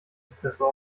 prozessor